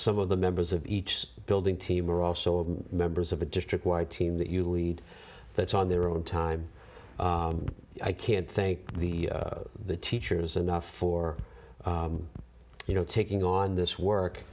some of the members of each building team are also members of a district wide team that you lead that's on their own time i can't think the the teachers enough for you know taking on this work